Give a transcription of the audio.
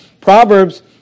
Proverbs